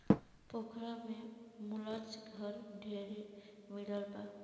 पोखरा में मुलच घर ढेरे मिलल बा